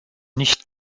nicht